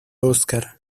óscar